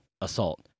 assault